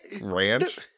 ranch